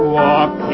walk